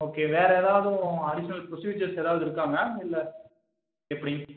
okay வேறு ஏதாவது additional procedure எதாவது இருக்கா மேம் இல்லை எப்படி